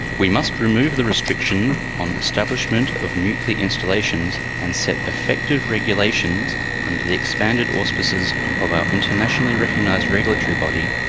we must remove the restriction on establishment of nuclear installations and set effective regulations under the expanded auspices of our internationally recognised regulatory body,